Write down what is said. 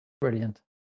Brilliant